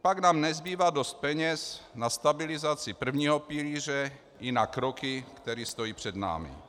Pak nám nezbývá dost peněz na stabilizaci prvního pilíře i na kroky, které stojí před námi.